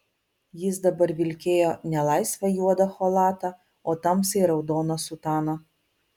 jis dabar vilkėjo ne laisvą juodą chalatą o tamsiai raudoną sutaną